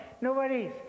nobody's